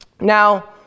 Now